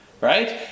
right